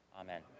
Amen